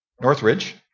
Northridge